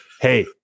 Hey